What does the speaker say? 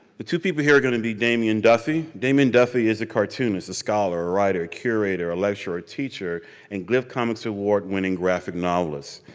the two people here are going to be damian duffy. damian duffy is a cartoonist, a scholar, a writer, a curator, a lecturer, a teacher and comics award-winning graphic novelist.